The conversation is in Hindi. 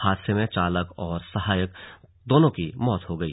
हादसे में चालक और सहायक दोनों की मौत हो गई